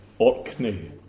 Orkney